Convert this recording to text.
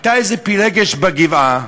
הייתה איזה פילגש בגבעה,